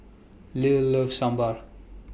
Lilie loves Sambar